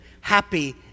happy